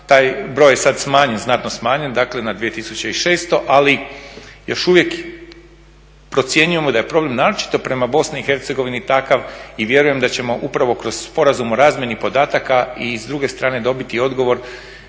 taj broj je sada smanjen, znatno smanjen, dakle na 2600, ali još uvijek procjenjujemo da je problem naročito prema BiH takav i vjerujem da ćemo upravo kroz sporazum o razmjeni podataka i s druge strane dobiti odgovor,